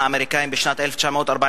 האמריקנים בשנת 1945,